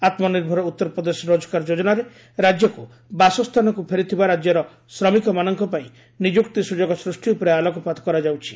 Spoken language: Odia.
ଆତ୍ମନିର୍ଭର ଉତ୍ତରପ୍ରଦେଶ ରୋଜଗାର ଯୋଜନାରେ ରାଜ୍ୟକୁ ବାସସ୍ଥାନକୁ ଫେରିଥିବା ରାଜ୍ୟର ଶ୍ରମିକମାନଙ୍କ ପାଇଁ ନିଯୁକ୍ତି ସୁଯୋଗ ସୃଷ୍ଟି ଉପରେ ଆଲୋକପାତ କରାଯାଉଛି